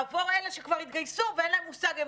עבור אלה שכבר התגייסו ואין להם מושג אם